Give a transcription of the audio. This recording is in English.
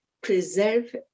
preserve